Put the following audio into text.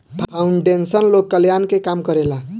foundation लोक कल्याण के काम करेला